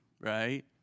right